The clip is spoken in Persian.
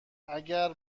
اگر